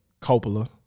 Coppola